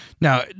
Now